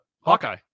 Hawkeye